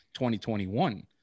2021